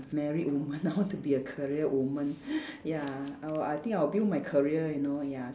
married woman I want to be a career woman ya I will I think I'll build my career you know ya